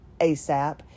ASAP